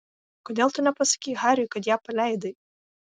kodėl tu nepasakei hariui kad ją paleidai